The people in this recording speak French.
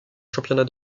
championnat